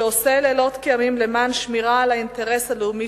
שעושה לילות כימים למען שמירה על האינטרס הלאומי